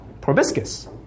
proboscis